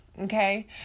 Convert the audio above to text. okay